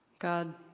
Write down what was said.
God